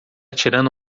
tirando